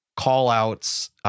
call-outs